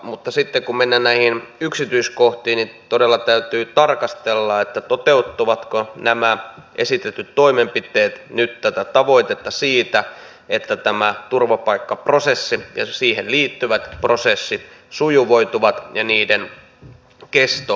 mutta sitten kun mennään näihin yksityiskohtiin niin todella täytyy tarkastella toteuttavatko nämä esitetyt toimenpiteet nyt tätä tavoitetta siitä että tämä turvapaikkaprosessi ja siihen liittyvät prosessit sujuvoituvat ja niiden kesto lyhenee